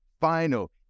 final